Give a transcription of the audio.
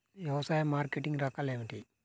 వ్యవసాయ మార్కెటింగ్ రకాలు ఏమిటి?